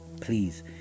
please